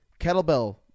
kettlebell